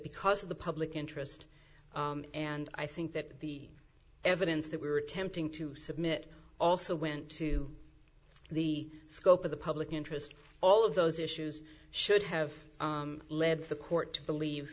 because of the public interest and i think that the evidence that we were attempting to submit also went to the scope of the public interest all of those issues should have led the court to believe